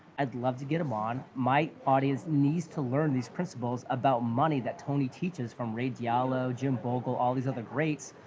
i'd love to get him on. my audience needs to learn these principles about money, that tony teaches from ray dialo, jim brockle, all these other greats.